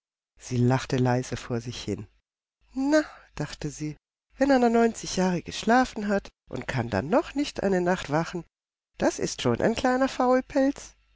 sie lachte leise vor sich hin na dachte sie wenn einer neunzig jahre geschlafen hat und kann dann noch nicht eine nacht wachen das ist schon ein kleiner faulpelz